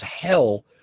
hell